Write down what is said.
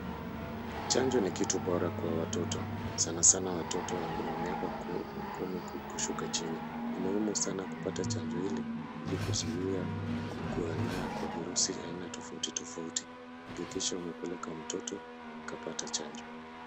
Chanjo ni kitu bora kwa watoto sana sana watoto wa miaka kumi kushuka chini. Ni muhimu sana kupata chanjo hili ili kuzuia kuenea kwa virusi aina tofauti tofauti. Hakikisha umepeleka mtoto akapate chanjo.